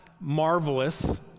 marvelous